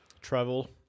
travel